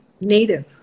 native